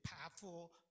powerful